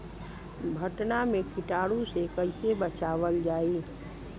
भनटा मे कीटाणु से कईसे बचावल जाई?